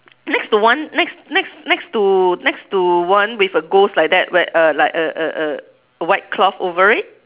next to one next next next to next to one with a ghost like that wea~ a like a a a a white cloth over it